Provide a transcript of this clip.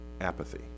Apathy